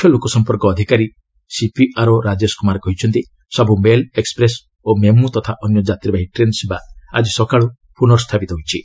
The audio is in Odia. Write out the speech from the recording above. ମୁଖ୍ୟ ଲୋକସମ୍ପର୍କ ଅଧିକାରୀ ସିପିଆର୍ଓ ରାଜେଶ କୁମାର କହିଛନ୍ତି ସବୁ ମେଲ୍ ଏକ୍ବେପ୍ରେସ୍ ଓ ମେମୁ ତଥା ଅନ୍ୟ ଯାତ୍ରୀବାହି ଟ୍ରେନ୍ ସେବା ଆକି ସକାଳୁ ପୁନଃସ୍ଥାପିତ ହୋଇଛି